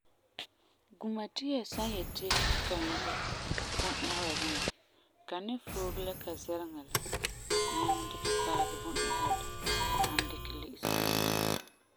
Gumatia san yeti ka nyɔgɛ bun'ɛgela duma, ka ni fooge la ka zɛleŋa nyaŋɛ dikɛ paagɛ bun'ɛgela la ta'am dikɛ le'ese ka nuurin.